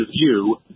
view